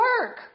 work